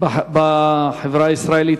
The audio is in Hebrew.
בחברה הישראלית.